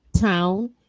town